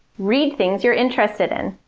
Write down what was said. read things you're interested in.